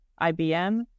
IBM